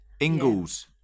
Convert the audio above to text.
Ingalls